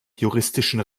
juristischen